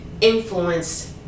influenced